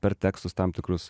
per tekstus tam tikrus